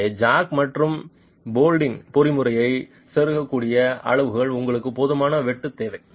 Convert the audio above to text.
எனவே ஜாக் மற்றும் போல்டிங் பொறிமுறையை செருகக்கூடிய அளவுக்கு உங்களுக்கு போதுமான வெட்டு தேவை